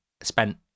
spent